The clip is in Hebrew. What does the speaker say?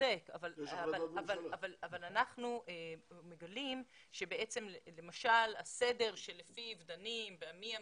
אבל אנחנו מגלים למשל הסדר שלפיו דנים במי הממתינים,